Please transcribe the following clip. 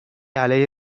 علیه